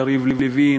יריב לוין,